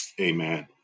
Amen